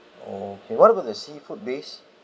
oh okay what about the seafood base